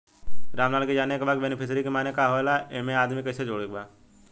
रामलाल के जाने के बा की बेनिफिसरी के माने का का होए ला एमे आदमी कैसे जोड़े के बा?